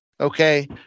Okay